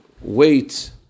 wait